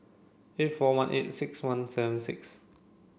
eight four one eight six one seven six